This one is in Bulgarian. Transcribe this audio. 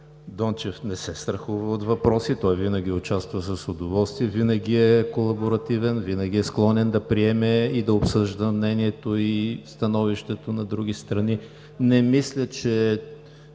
Дончев не се страхува от въпроси, той винаги участва с удоволствие, винаги е колаборативен, винаги е склонен да приеме и да обсъжда мнението и становището на други страни. Не мисля, че